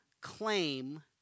claim